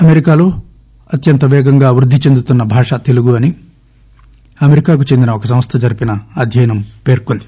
అమెరికాలో అత్యంత పేగంగా వృద్ది చెందుతున్స భాష తెలుగు అని అమెరికాకు చెందిన ఒక సంస్గ జరిపిన అధ్యయనం పేర్కొంది